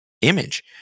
image